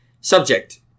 Subject